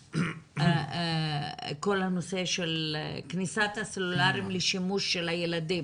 כמו כניסת הסלולריים לשימוש ילדים.